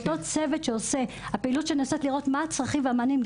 אותה פעילות שנעשית כדי לראות מה הצרכים והמענים,